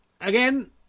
again